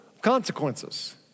consequences